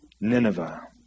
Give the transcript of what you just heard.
Nineveh